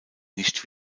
nicht